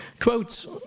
quotes